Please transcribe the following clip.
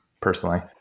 personally